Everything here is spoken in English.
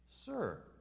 Sir